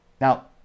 Now